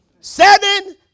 Seven